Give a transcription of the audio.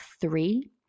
three